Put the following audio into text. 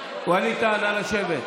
ווליד טאהא, נא לשבת.